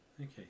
okay